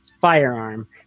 firearm